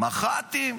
מח"טים.